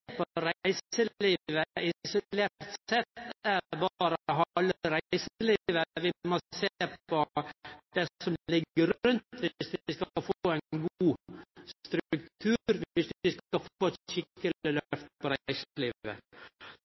er å sjå på berre halve reiselivet. Vi må sjå på det som ligg rundt dersom vi skal få ein god struktur, dersom vi skal få eit